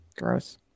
gross